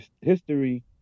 History